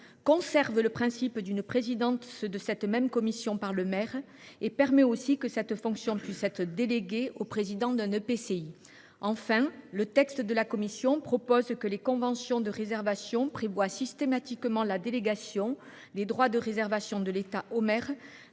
conserve le principe d’une présidence de ces mêmes commissions par le maire et permet que cette fonction puisse être déléguée au président d’un EPCI. Le texte de la commission prévoit également que les conventions de réservation prévoient systématiquement la délégation des droits de réservation de l’État au maire